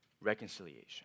reconciliation